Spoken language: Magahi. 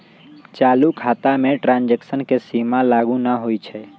चालू खता में ट्रांजैक्शन के सीमा लागू न होइ छै